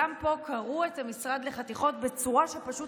גם פה קרעו את המשרד לחתיכות בצורה שפשוט